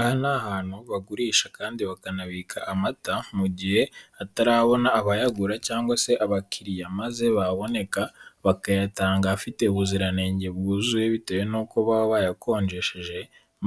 Aha ni ahantu bagurisha kandi bakanabika amata mu gihe atarabona abayagura cyangwa se abakiriya, maze baboneka bakayatanga afite ubuziranenge bwuzuye bitewe n'uko baba bayakonjesheje,